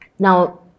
Now